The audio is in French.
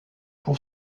pour